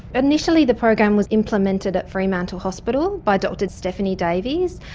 initially the program was implemented at fremantle hospital by dr stephanie davies,